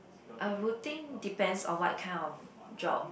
I would think depends on what kind of job